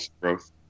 growth